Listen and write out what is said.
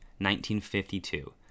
1952